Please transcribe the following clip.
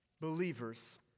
believers